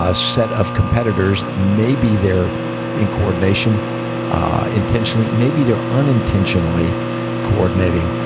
ah set of competitors. maybe they're in coordination ah intentionally. maybe they're unintentionally coordinating.